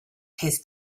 tastes